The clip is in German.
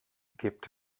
gibt